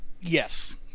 Yes